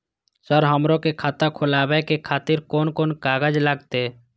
Sir हमरो के खाता खोलावे के खातिर कोन कोन कागज लागते?